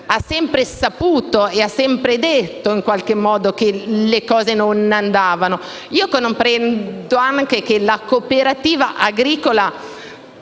ha sempre saputo e detto in qualche modo che le cose non andavano. Comprendo che la cooperativa agricola